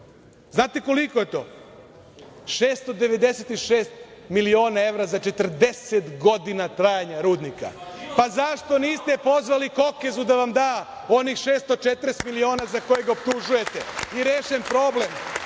znate li koliko je to, to je 696 miliona evra za 40 godina trajanja rudnika, i zašto niste pozvali Kokeza da vam da onih 640 miliona za koje ga optužujete i rešen problem